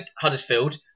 Huddersfield